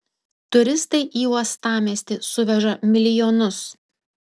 turistai į uostamiestį suveža milijonus